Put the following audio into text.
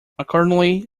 accordingly